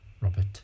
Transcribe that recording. Robert